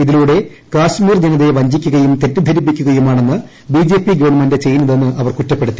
ഇതിലൂടെ കാശ്മീർ ജനതയെ വഞ്ചിക്കുകയും തെറ്റിദ്ധരിപ്പിക്കുകയുമാണ് ബി ജെ പി ഗവൺമെന്റ് ചെയ്യുന്നതെന്ന് അവർ കുറ്റപ്പെടുത്തി